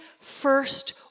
first